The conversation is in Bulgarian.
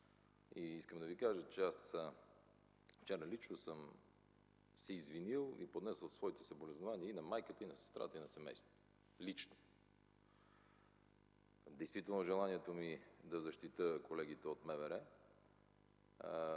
Искам да Ви кажа, че вчера лично съм се извинил и поднесъл своите съболезнования и на майката, и на сестрата, и на семейството – лично. Действително желанието ми да защитя колегите от МВР